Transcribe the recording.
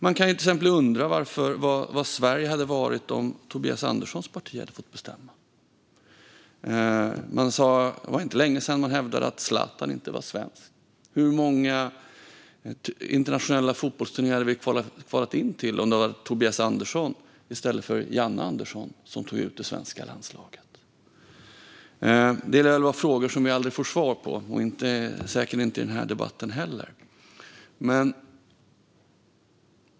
Man kan fråga sig vad Sverige hade varit om Tobias Anderssons parti hade fått bestämma. Det var inte länge sedan de hävdade att Zlatan inte var svensk. Hur många internationella fotbollsturneringar hade vi kvalat in till om det varit Tobias Andersson och inte Janne Andersson som tog ut det svenska landslaget? Det här är frågor som vi aldrig lär få svar på, och säkert inte heller i denna debatt.